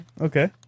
Okay